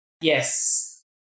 Yes